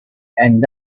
and